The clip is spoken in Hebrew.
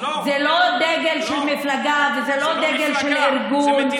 זה לא דגל של מפלגה וזה לא דגל של ארגון,